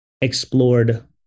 explored